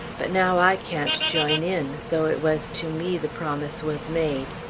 but now i can't join in, though it was to me the promise was made.